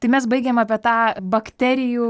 tai mes baigėm apie tą bakterijų